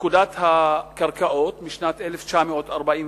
פקודת הקרקעות משנת 1943,